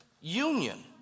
union